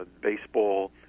Baseball